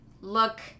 look